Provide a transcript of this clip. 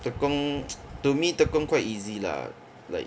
tekong to me tekong quite easy lah like